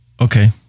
okay